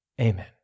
amen